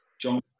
John